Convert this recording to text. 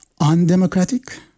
undemocratic